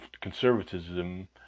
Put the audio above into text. conservatism